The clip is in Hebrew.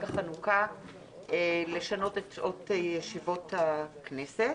החנוכה לשנות את שעות ישיבות הכנסת.